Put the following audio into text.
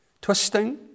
twisting